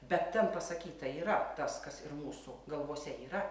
bet ten pasakyta yra tas kas ir mūsų galvose yra